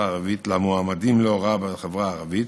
הערבית למועמדים להוראה בחברה הערבית,